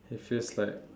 it feels like